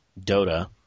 Dota